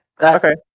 Okay